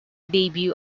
debut